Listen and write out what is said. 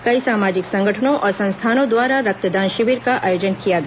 कई सामाजिक संगठनों और संस्थाओं द्वारा रक्तदान शिविर का आयोजन किया गया